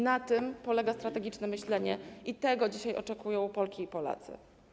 Na tym polega strategiczne myślenie i tego dzisiaj oczekują Polki i Polacy.